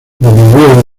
promovió